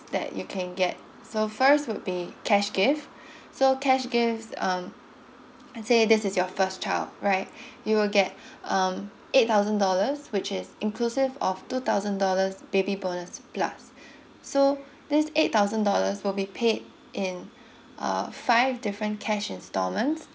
that you can get so first would be cash gift so cash gift um I say this is your first child right you will get um eight thousand dollars which is inclusive of two thousand dollars baby bonus plus so this eight thousand dollars will be paid in uh five different cash installment